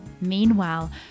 Meanwhile